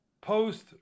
post